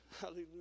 Hallelujah